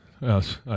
Yes